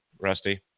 Rusty